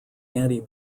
anti